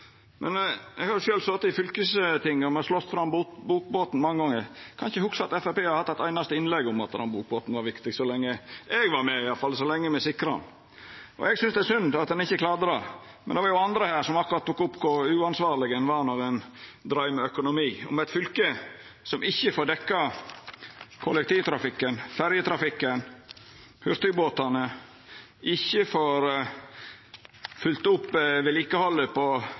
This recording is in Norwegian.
Men eg har sjølv sete i fylkestinget, og me har slåst fram bokbåten mange gonger. Eg kan ikkje hugsa at Framstegspartiet har hatt eit einaste innlegg om at den bokbåten var viktig – så lenge eg var med iallfall – så lenge me sikra han. Eg synest det er synd at ein ikkje klarte det, men det var jo andre her som akkurat tok opp kor uansvarleg ein var når ein dreiv med økonomi. For eit fylke som ikkje får dekt kollektivtrafikken, ferjetrafikken, hurtigbåtane, ikkje får følgt opp vedlikehaldet på